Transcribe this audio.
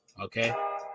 Okay